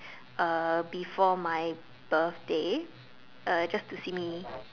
uh before my birthday uh just to see me